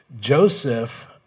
Joseph